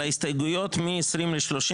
על ההסתייגויות מ-20 ל-30,